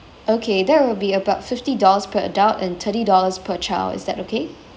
okay that will be about fifty dollars per adult and thirty dollars per child is that okay